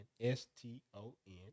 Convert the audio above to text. S-T-O-N